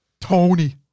Tony